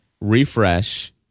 refresh